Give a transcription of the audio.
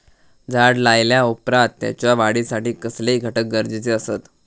झाड लायल्या ओप्रात त्याच्या वाढीसाठी कसले घटक गरजेचे असत?